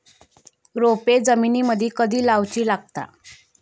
रोपे जमिनीमदि कधी लाऊची लागता?